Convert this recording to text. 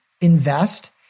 invest